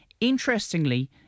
Interestingly